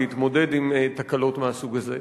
להתמודד עם תקלות מהסוג הזה.